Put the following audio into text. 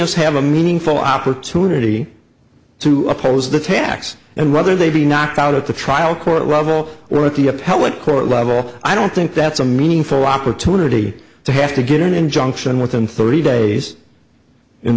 fs have a meaningful opportunity to oppose the tax and rather they be knocked out at the trial court rival or at the appellate court level i don't think that's a meaningful opportunity to have to get an injunction within thirty days in